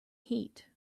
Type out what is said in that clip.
heat